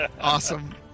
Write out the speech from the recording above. Awesome